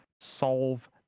solve